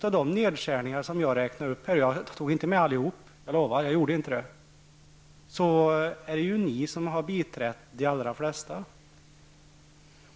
Av de nedskärningar som jag räknade upp -- och jag tog inte med allihop, jag lovar att jag inte gjorde det -- är det, Ann-Cathrine Haglund, ni som har biträtt de allra flesta.